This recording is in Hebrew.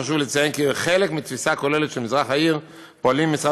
חשוב לציין כי כחלק מתפיסה כוללת על מזרח העיר פועלים משרד